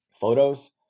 photos